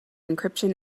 encryption